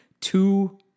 two